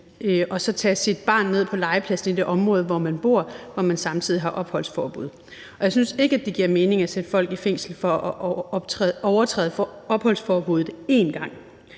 at tage sit barn ned på legepladsen i det område, hvor man bor, og hvor man samtidig har opholdsforbud, og jeg synes ikke, at det giver mening at sætte folk i fængsel for at overtræde opholdsforbuddet én gang.